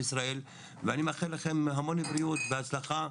ישראל ואני מאחל לכם המון בריאות והצלחה.